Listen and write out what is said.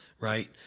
right